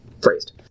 phrased